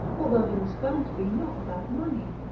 although he was found to be not without money.